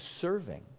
serving